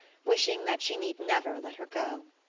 wishing that she need never let her go.